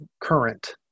current